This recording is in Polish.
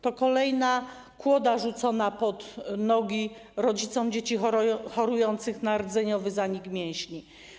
To kolejna kłoda rzucona pod nogi rodzicom dzieci chorujących na rdzeniowy zanik mięśni.